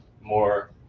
more